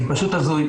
זה פשוט הזוי.